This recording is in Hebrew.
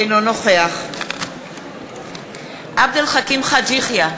אינו נוכח עבד אל חכים חאג' יחיא,